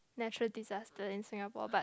natural disaster in Singapore but